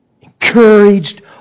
encouraged